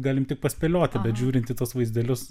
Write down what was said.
galim tik paspėlioti bet žiūrint į tuos vaizdelius